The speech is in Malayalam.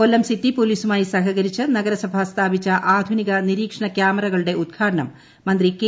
കൊല്ലം സിറ്റി പോലീസുമായി സഹകരിച്ച് നഗരസഭ സ്ഥാപിച്ച ആധുനിക നിരീക്ഷണ ക്യാമറകളുടെ ഉദ്ഘാടനം മന്ത്രി കെ